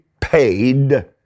paid